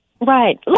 Right